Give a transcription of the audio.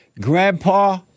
Grandpa